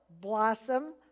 blossom